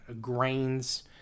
grains